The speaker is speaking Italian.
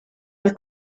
nel